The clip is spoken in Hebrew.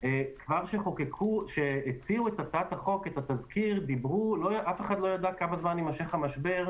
כבר כשהציעו את התזכיר אף אחד לא ידע כמה זמן יימשך המשבר,